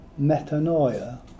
metanoia